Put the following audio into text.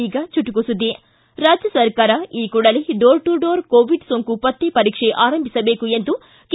ಈಗ ಚುಟುಕು ಸುದ್ದಿ ರಾಜ್ಣ ಸರ್ಕಾರ ಕೂಡಲೇ ಡೋರ್ ಟು ಡೋರ್ ಕೋವಿಡ್ ಸೋಂಕು ಪತ್ತೆ ಪರೀಕ್ಷೆ ಆರಂಭಿಸಬೇಕು ಎಂದು ಕೆ